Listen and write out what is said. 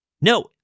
No